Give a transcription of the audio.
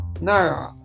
No